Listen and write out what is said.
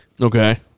Okay